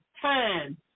time